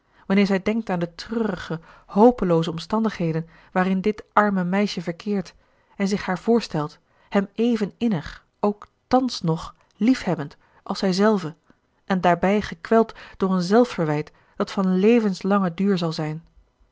wanneer zij denkt aan de treurige hopelooze omstandigheden waarin dit arme meisje verkeert en zich haar voorstelt hem even innig ook thans nog liefhebbend als zij zelve en daarbij gekweld door een zelfverwijt dat van levenslangen duur zal zijn